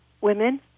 women